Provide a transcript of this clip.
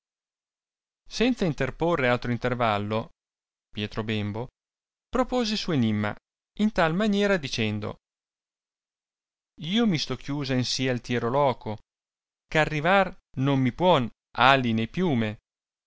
senza interporre altro intervallo propose il suo enimma in tal maniera dicendo io mi sto chiusa in sì altiero loco ch arrivar non mi puon ali né piume